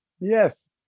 Yes